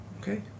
okay